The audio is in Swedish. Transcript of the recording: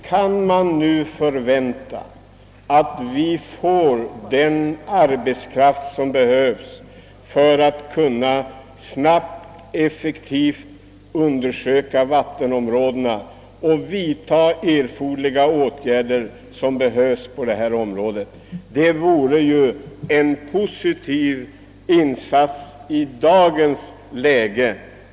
Kan man nu förvänta att den får den arbetskraft som behövs för att kunna snabbt och effektivt undersöka vattenområdena och vidta erforderliga åtgärder i detta avseende? Det vore en positiv insats i dagens läge.